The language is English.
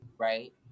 right